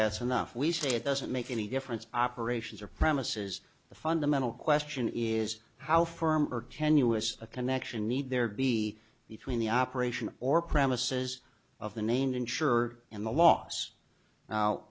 that's enough we say it doesn't make any difference operations or premises the fundamental question is how firm or tenuous a connection need there be between the operation or premises of the named insurer and the loss now